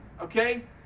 okay